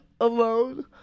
alone